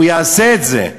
הוא יעשה את זה.